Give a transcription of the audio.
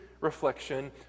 reflection